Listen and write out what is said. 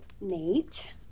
Nate